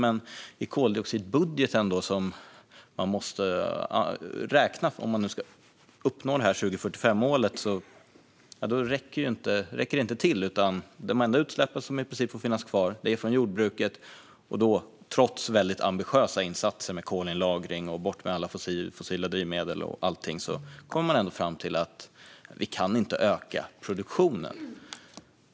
Men enligt koldioxidbudgeten räcker det inte om vi ska uppnå 2045-målet, utan de enda utsläpp som i princip får finnas kvar är från jordbruket. Trots väldigt ambitiösa insatser med kolinlagring och borttagande av alla fossila drivmedel kommer man ändå fram till att vi inte kan öka produktionen.